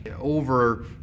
over